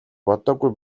бодоогүй